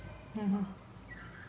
mmhmm